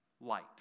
light